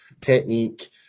technique